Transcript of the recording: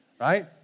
Right